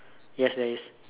yes there is